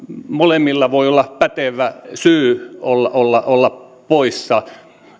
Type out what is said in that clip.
molemmilla voi olla pätevä syy olla olla poissa